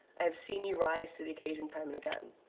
i have seen you rise to the occasion time and again.